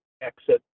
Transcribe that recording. exit